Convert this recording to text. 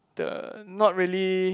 the not really